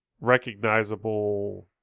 recognizable